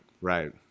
Right